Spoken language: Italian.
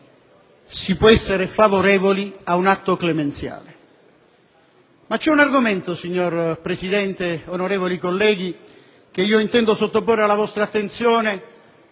si può essere favorevoli ad un atto clemenziale. Ma c'è un argomento, signor Presidente, onorevoli colleghi, che intendo sottoporre alla vostra attenzione,